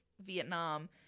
Vietnam